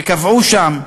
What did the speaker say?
קבעו שם: